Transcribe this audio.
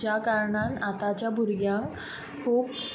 ज्या कारणान आतांच्या भुरग्यांक खूप